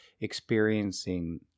experiencing